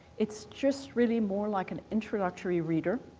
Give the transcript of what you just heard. it's just really more like an introductory reader